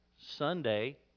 Sunday